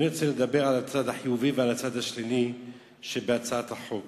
אני רוצה לדבר על הצד החיובי ועל הצד השלילי שבהצעת החוק